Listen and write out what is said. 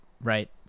right